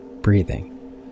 breathing